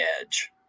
edge